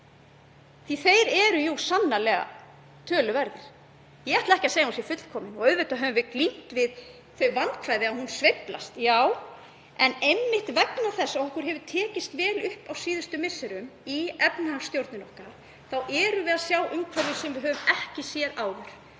Þeir eru jú sannarlega töluverðir. Ég ætla ekki að segja hún sé fullkomin og auðvitað höfum við glímt við þau vandkvæði að hún sveiflast, en einmitt vegna þess að okkur hefur tekist vel upp á síðustu misserum í efnahagsstjórninni erum við að sjá umhverfi sem við höfum ekki séð áður